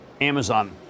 Amazon